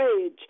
age